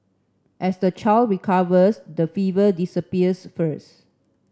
as the child recovers the fever disappears first